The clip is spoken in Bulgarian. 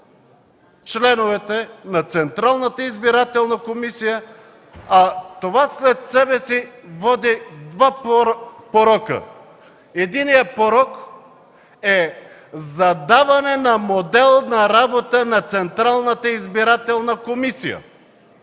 членовете на Централната избирателна комисия. Това след себе си води до два порока. Единият порок е задаване на модел на работа на Централната избирателна комисия